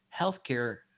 healthcare